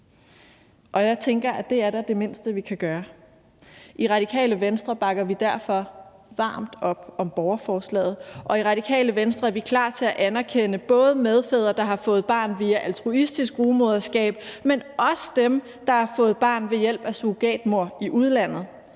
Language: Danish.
og jeg tænker, at det da er det mindste, vi kan gøre. I Radikale Venstre bakker vi derfor varmt op om borgerforslaget, og i Radikale Venstre er vi klar til at anerkende både medfædre, der har fået barn via altruistisk rugemoderskab, men også dem, der har fået et barn ved hjælp af surrogatmor i udlandet.